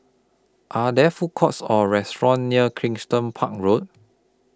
Are There Food Courts Or restaurants near Kensington Park Road